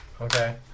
Okay